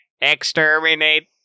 Exterminate